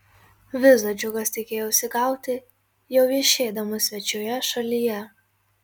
vizą džiugas tikėjosi gauti jau viešėdamas svečioje šalyje